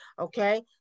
Okay